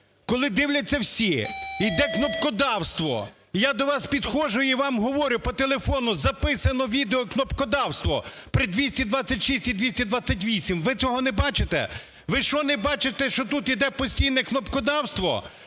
коли дивляться всі, іде кнопкодавство, і я до вас підходжу, і вам говорю, по телефону записано відео кнопкодавства при 226 і 228, ви цього не бачите? Ви, що, не бачите, що тут іде постійне кнопкодавство?